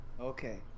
okay